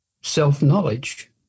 Self-knowledge